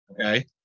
okay